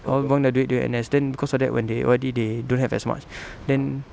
all buang their duit during N_S then because of that when they O_R_D they don't have as much then